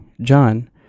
John